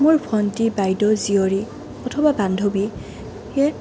মোৰ ভণ্টি বাইদেউ জীয়ৰী অথবা বান্ধৱীয়ে